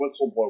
whistleblower